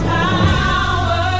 power